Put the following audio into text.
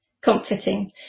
comforting